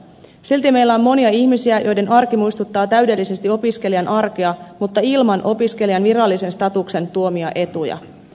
silti meillä on monia ihmisiä joiden arki muistuttaa täydellisesti opiskelijan arkea mutta ilman opiskelijan virallisen statuksen tuomia etuja